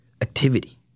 activity